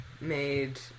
made